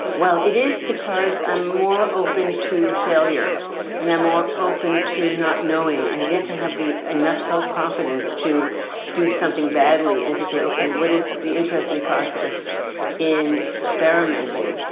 well, it is because i'm more open to failure and i'm more open to not knowing. guess i have the enough self-confidence to do something badly and to say, ok, what is the interesting process in experimenting?